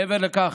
מעבר לכך,